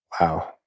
wow